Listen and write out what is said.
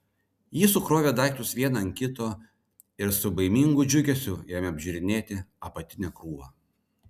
ji sukrovė daiktus vieną ant kito ir su baimingu džiugesiu ėmė apžiūrinėti apatinę krūvą